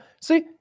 See